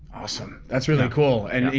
awesome, that's really cool. and you